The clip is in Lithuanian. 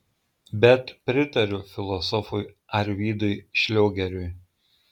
bet pritariu filosofui arvydui šliogeriui